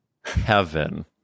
heaven